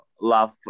love